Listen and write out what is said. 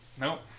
Nope